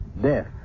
death